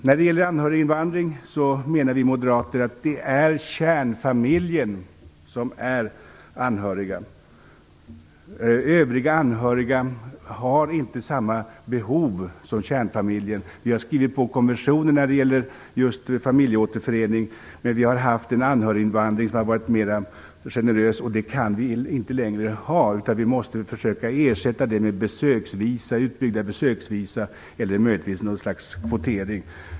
När det gäller anhöriginvandring menar vi moderater att det är kärnfamiljen som är anhöriga. Övriga anhöriga har inte samma behov som kärnfamiljen. Vi har skrivit på konventioner när det gäller just familjeåterförening. Men vi har haft en anhöriginvandring som har varit mer generös. Det kan vi inte längre ha, utan vi måste försöka ersätta den med utbyggda besök eller möjligtvis med något slags kvotering.